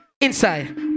inside